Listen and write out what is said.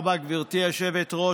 תודה רבה, גברתי היושבת-ראש.